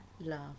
love